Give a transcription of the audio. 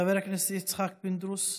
חבר הכנסת יצחק פינדרוס,